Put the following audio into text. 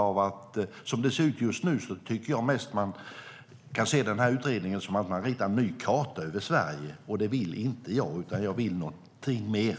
Som det ser ut just nu kan man se det som om utredningen ritar en ny karta över Sverige, och det vill inte jag, utan jag vill något mer.